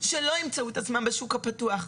שלא ימצאו את עצמן בשוק הפתוח,